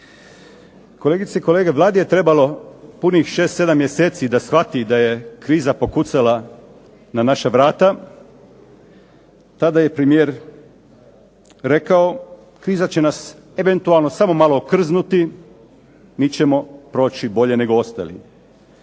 Kolegice i kolege, Vladi je trebalo punih 6, 7 mjeseci da shvati da je kriza pokucala na naša vrata. Tada je premijer rekao kriza će nas eventualno samo malo okrznuti. Mi ćemo proći bolje nego ostali.